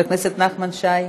חבר הכנסת נחמן שי,